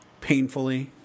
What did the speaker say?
painfully